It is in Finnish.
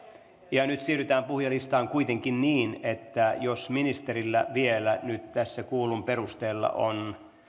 nyt siirrytään puhujalistaan kuitenkin niin että jos ministerillä vielä nyt tässä kuullun perusteella on